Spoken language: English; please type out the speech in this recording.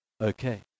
Okay